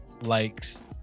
likes